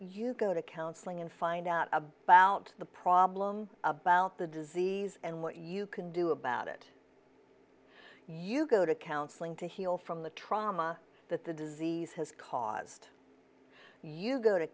you go to counseling and find out about the problem about the disease and what you can do about it you go to counseling to heal from the trauma that the disease has caused you go to